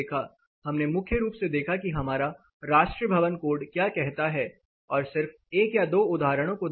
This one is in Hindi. हमने मुख्य रूप से देखा कि हमारा राष्ट्रीय भवन कोड क्या कहता है और सिर्फ एक या दो उदाहरणों को देखा